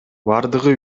бардыгы